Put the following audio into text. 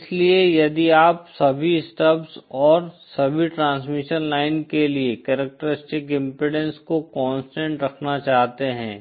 इसलिए यदि आप सभी स्टब्स और सभी ट्रांसमिशन लाइन के लिए कॅरक्टरिस्टीक्स इम्पीडेन्स को कोंस्टंट रखना चाहते हैं